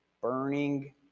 burning